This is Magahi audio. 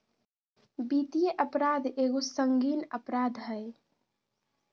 वित्तीय अपराध एगो संगीन अपराध हइ